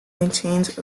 maintains